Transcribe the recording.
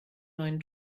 neuen